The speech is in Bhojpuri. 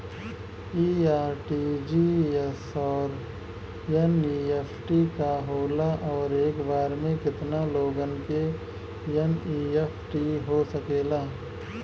इ आर.टी.जी.एस और एन.ई.एफ.टी का होला और एक बार में केतना लोगन के एन.ई.एफ.टी हो सकेला?